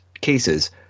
cases